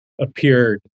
appeared